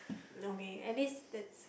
okay at least that's